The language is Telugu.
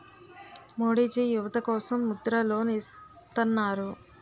మోడీజీ యువత కోసం ముద్ర లోన్ ఇత్తన్నారు